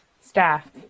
staff